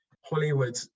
hollywood